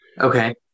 Okay